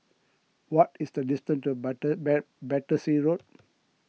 what is the distance to batter Battersea Road